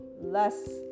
less